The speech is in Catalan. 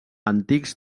antics